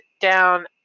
down